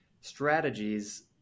strategies